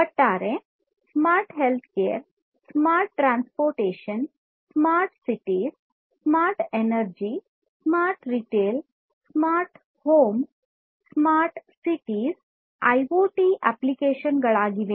ಒಟ್ಟಾರೆ smart health care smart transport smart ಸಿಟಿಗಳು smart energy smart retail smart home ಒಟ್ಟಾರೆ smart ಸಿಟಿಗಳು IOT ಅಪ್ಲಿಕೇಶನ್ಗಳಾಗಿವೆ